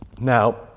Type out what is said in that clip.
Now